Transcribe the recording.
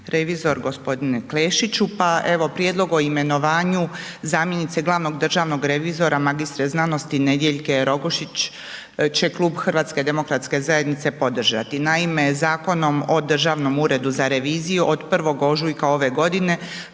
revizor gospodine Klešiću. Pa evo Prijedlog o imenovanju zamjenice glavnog državnog revizora, magistre znanosti Nediljke Rogošić će Klub HDZ-a podržati. Naime, Zakonom o Državnom uredu za reviziju od 1. ožujka ove godine